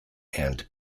and